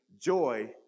joy